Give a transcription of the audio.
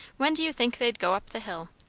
when do you think they'd go up the hill?